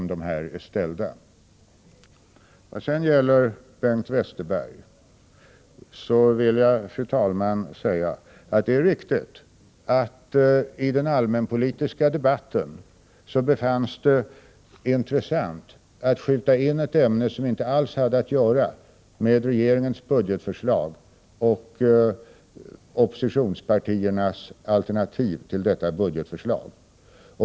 När det sedan gäller Bengt Westerberg vill jag nämna att det i den allmänpolitiska debatten befanns intressant att skjuta in ett ämne som inte alls hade att göra med regeringens budgetförslag och oppositionspartiernas alternativ till detta.